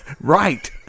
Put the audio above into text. Right